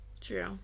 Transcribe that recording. true